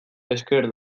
esker